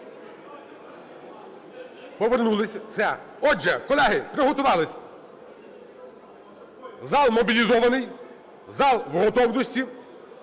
Отже, колеги, приготувались. Зал мобілізований. Зал в готовності.